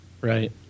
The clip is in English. Right